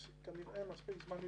יש כנראה מספיק זמן להתארגן,